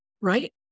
right